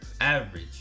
average